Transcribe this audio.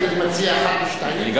אתה יכול לקבוע בתנאי המכרז שלא יפוטרו